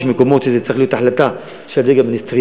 יש מקומות שזה צריך להיות החלטה של הדרג המיניסטריאלי,